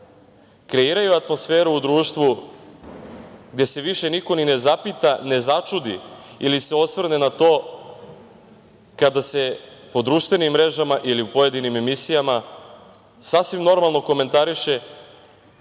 kreiraju atmosferu u društvu gde se više niko ni ne zapita, ne začudi ili se osvrne na to kada se po društvenim mrežama ili u pojedinim emisijama sasvim normalno komentariše